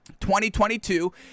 2022